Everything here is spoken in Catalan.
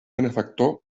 benefactor